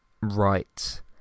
right